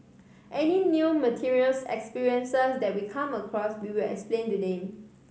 any new materials experiences that we come across we will explain to them